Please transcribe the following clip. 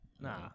Nah